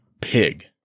Pig